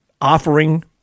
offering